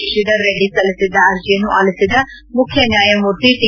ಶಶಿಧರ್ ರೆಡ್ಡಿ ಸಲ್ತಿಸಿದ್ದ ಅರ್ಜಿಯನ್ನು ಆಲಿಸಿದ ಮುಖ್ಯ ನ್ಯಾಯಮೂರ್ತಿ ಟಿ